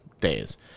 days